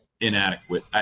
inadequate